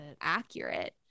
accurate